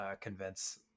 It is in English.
convince